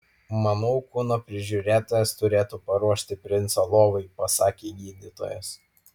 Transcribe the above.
manau kūno prižiūrėtojas turėtų paruošti princą lovai pasakė gydytojas